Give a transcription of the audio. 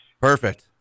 Perfect